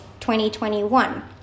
2021